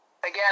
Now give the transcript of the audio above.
Again